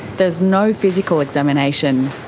there's no physical examination.